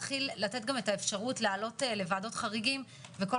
להתחיל לתת את האפשרות לעלות לוועדות חריגים וכל